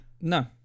No